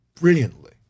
brilliantly